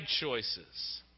choices